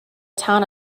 town